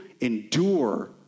endure